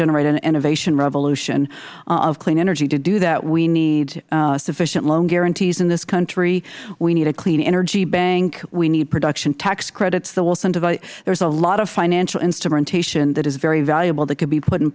generate innovation revolution of clean energy to do that we need sufficient loan guarantees in this country we need a clean energy bank we need production tax credits that will incentivize there are a lot of financial instrumentation that is very valuable that could be put in